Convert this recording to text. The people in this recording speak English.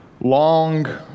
long